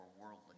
worldly